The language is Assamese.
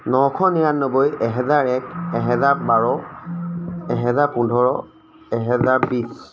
নশ নিয়ানব্বৈ এহেজাৰ এক এহেজাৰ বাৰ এহেজাৰ পোন্ধৰ এহেজাৰ বিছ